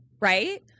Right